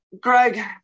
greg